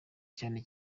cyane